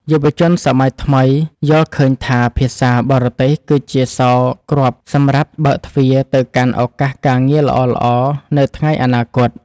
យុវជនសម័យថ្មីយល់ឃើញថាភាសាបរទេសគឺជាសោរគ្រាប់សម្រាប់បើកទ្វារទៅកាន់ឱកាសការងារល្អៗនៅថ្ងៃអនាគត។